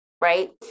right